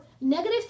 negative